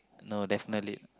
no definitely